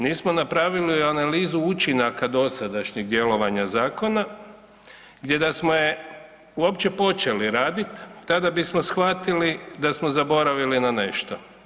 Nismo napravili analizu učinaka dosadašnjeg djelovanja zakona gdje da smo je uopće počeli raditi tada bismo shvatili da smo zaboravili na nešto.